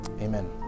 amen